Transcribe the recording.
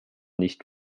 nicht